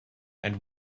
and